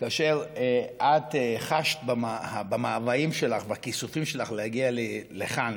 כאשר את חשת במאוויים שלך והכיסופים שלך להגיע לכאן,